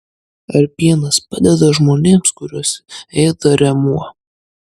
ar pienas padeda žmonėms kuriuos ėda rėmuo